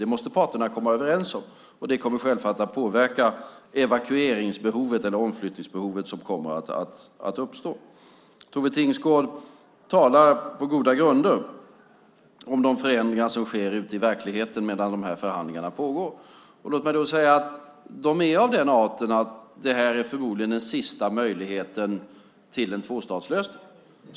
Det måste parterna komma överens om, och det kommer självfallet att påverka det evakuerings eller omflyttningsbehov som kommer att uppstå. Tone Tingsgård talar på goda grunder om de förändringar som sker ute i verkligheten medan förhandlingarna pågår. Låt mig säga att de är av den arten att detta förmodligen är den sista möjligheten till en tvåstatslösning.